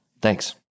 Thanks